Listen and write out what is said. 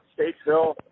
Statesville